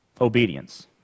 Obedience